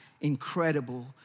incredible